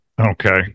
okay